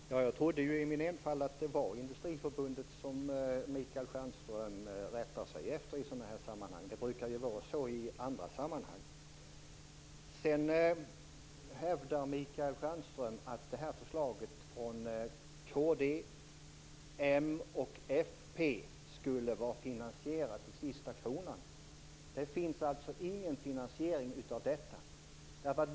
Fru talman! Jag trodde i min enfald att det var Industriförbundet som Michael Stjernström rättade sig efter i sådana här sammanhang. Det brukar vara så i andra sammanhang. Michael Stjernström hävdar att förslaget från kd, m och fp skulle vara finansierat till sista kronan. Det finns alltså ingen finansiering av detta.